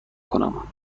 کنم